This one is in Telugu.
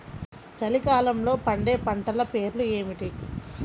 చలికాలంలో పండే పంటల పేర్లు ఏమిటీ?